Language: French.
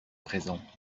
présent